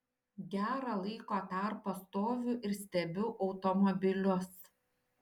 gerą laiko tarpą stoviu ir stebiu automobilius